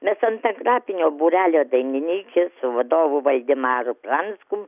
nes antagrapinio būrelio dainininkė su vadovu valdemaru pranckum